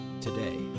today